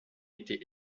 été